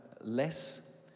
less